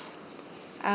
uh